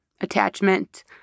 attachment